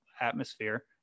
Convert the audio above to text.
atmosphere